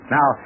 Now